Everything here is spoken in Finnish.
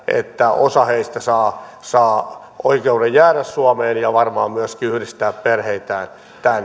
että osa heistä saa saa oikeuden jäädä suomeen ja varmaan myöskin yhdistää perheitään tänne